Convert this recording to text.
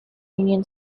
union